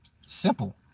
Simple